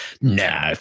No